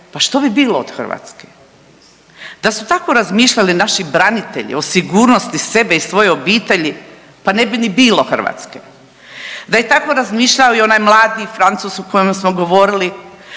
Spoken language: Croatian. pa što bi bilo od Hrvatske? Da su tako razmišljali naši branitelji o sigurnosti sebe i svoje obitelji pa ne bi ni bilo Hrvatske, da je tako razmišljao i onaj mladi Francuz o kojem smo govorili,